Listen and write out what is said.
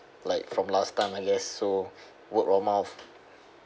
like from last time I guess so word of mouth